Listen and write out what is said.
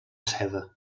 seda